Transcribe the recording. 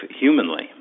humanly